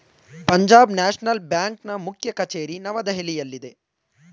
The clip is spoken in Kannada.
ಪಂಜಾಬ್ ನ್ಯಾಷನಲ್ ಬ್ಯಾಂಕ್ನ ಮುಖ್ಯ ಕಚೇರಿ ನವದೆಹಲಿಯಲ್ಲಿದೆ